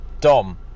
Dom